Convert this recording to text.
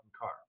car